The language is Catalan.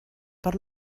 per